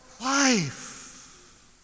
life